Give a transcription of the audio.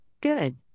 Good